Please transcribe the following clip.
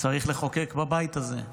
צריך לחוקק בבית הזה.